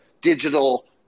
digital